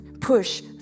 Push